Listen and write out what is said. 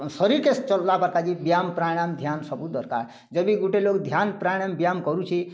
ଶରୀର୍କେ ଚଲାବାର୍ କା'ଯେ ବ୍ୟାୟାମ୍ ପ୍ରାଣାୟମ୍ ଧ୍ୟାନ୍ ସବୁ ଦର୍କାର୍ ଯଦି ଗୁଟେ ଲୋକ୍ ଧ୍ୟାନ୍ ପ୍ରାଣାୟମ୍ ବ୍ୟାୟାମ୍ କରୁଛେ